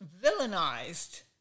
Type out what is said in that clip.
villainized